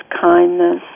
kindness